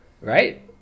Right